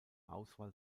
auswahl